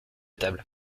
table